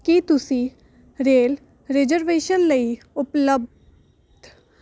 ਕੀ ਤੁਸੀਂ rail reservation ਲਈ ਉਪਲੱਬਧ